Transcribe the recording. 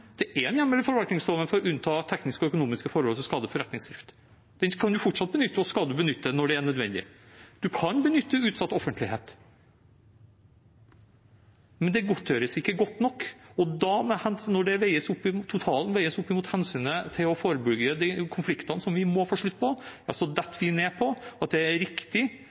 forvaltningsloven for å unnta tekniske og økonomiske forhold som skader forretningsdrift. Den kan man fortsatt benytte og skal man benytte når det er nødvendig. Man kan benytte utsatt offentlighet. Men det godtgjøres ikke godt nok. Og da, når totalen veies opp mot hensynet til å forebygge de konfliktene som vi må få slutt på, faller vi ned på at det er riktig